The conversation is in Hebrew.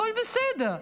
הכול בסדר.